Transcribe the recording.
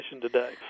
today